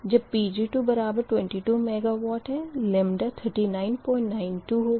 जब Pg222 MW λ3992 होगा